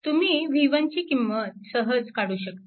तुम्ही v1ची किंमत सहज काढू शकता